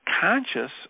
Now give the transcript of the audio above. conscious